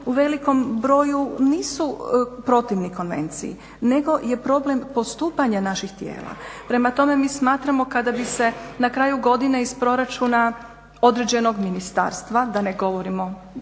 u velikom broju nisu protivni konvenciji, nego je problem postupanja naših tijela. Prema tome mi smatramo kada bi se na kraju godine iz proračuna određenog ministarstva, da ne govorimo